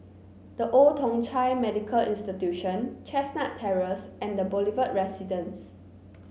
The Old Thong Chai Medical Institution Chestnut Terrace and The Boulevard Residence